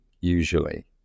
usually